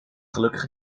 gelukkig